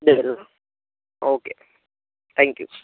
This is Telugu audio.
లేదు ఓకే థ్యాంక్ యూ